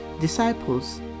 disciples